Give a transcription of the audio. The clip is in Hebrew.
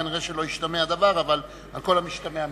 כנראה לא ישתמע דבר, אבל על כל המשתמע מכך,